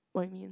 what you mean